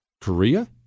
Korea